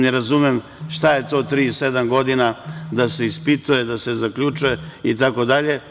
Ne razumem šta je to tri i sedam godina da se ispituje, da se zaključuje itd?